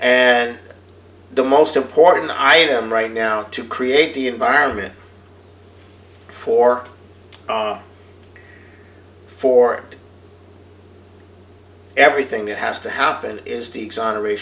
and the most important i am right now to create the environment for for everything that has to happen is the exonerat